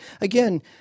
Again